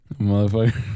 Motherfucker